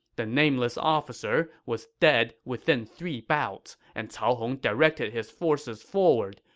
the nameless officer was dead within three bouts, and cao hong directed his forces forward,